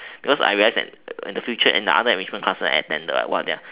because I realize like when the future and the other enrichment classes I attended their